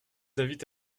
invite